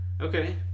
Okay